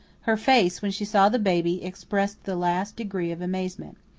her face, when she saw the baby, expressed the last degree of amazement.